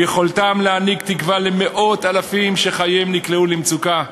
ביכולתם להעניק תקווה למאות אלפים שחייהם נקלעו למצוקה.